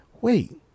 wait